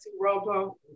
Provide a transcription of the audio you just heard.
robo